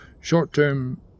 short-term